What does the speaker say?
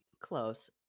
Close